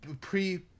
pre